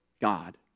God